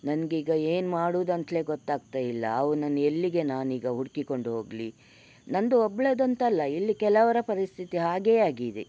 ನನಗೀಗ ಏನು ಮಾಡೋದಂತಯೇ ಗೊತ್ತಾಗ್ತ ಇಲ್ಲ ಅವ್ನನ್ನು ಎಲ್ಲಿಗೆ ನಾನೀಗ ಹುಡುಕಿಕೊಂಡು ಹೋಗಲಿ ನಂದು ಒಬ್ಳದೇ ಅಂತಲ್ಲ ಇಲ್ಲಿ ಕೆಲವರ ಪರಿಸ್ಥಿತಿ ಹಾಗೇ ಆಗಿದೆ